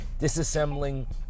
disassembling